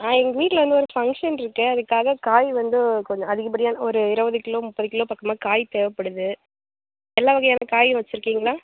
ஆ எங்கள் வீட்டில் வந்து ஒரு ஃபங்ஷன் இருக்குது அதுக்காக காய் வந்து கொஞ்சம் அதிகப்படியா ஒரு இரபது கிலோ முப்பது கிலோ பக்கமா காய் தேவைப்படுது எல்லா வகையான காயும் வச்சிருக்கீங்களா